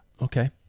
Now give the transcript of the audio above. Okay